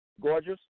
Gorgeous